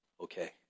okay